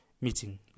meeting